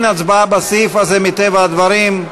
אין הצבעה בסעיף הזה מטבע הדברים,